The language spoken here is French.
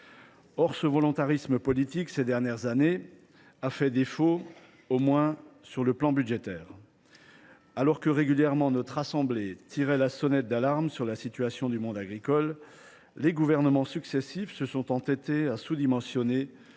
ce volontarisme politique a fait défaut, au moins sur le plan budgétaire. Alors que, régulièrement, le Sénat tirait la sonnette d’alarme sur la situation du monde agricole, les gouvernements successifs se sont entêtés à sous dimensionner